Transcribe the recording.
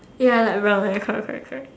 ya like brown right correct correct correct